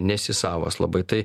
nesi savas labai tai